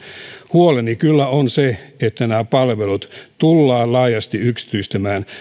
huoleni kyllä on se että nämä palvelut tullaan laajasti yksityistämään